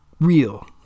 real